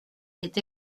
est